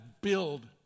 build